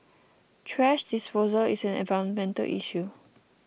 thrash disposal is an environmental issue